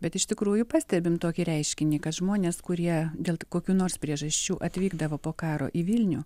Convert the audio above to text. bet iš tikrųjų pastebim tokį reiškinį kad žmonės kurie dėl kokių nors priežasčių atvykdavo po karo į vilnių